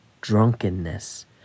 drunkenness